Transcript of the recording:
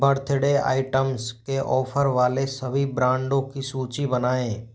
birthday items के offer वाले सभी ब्रांडों की सूची बनाएँ